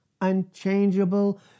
unchangeable